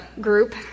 group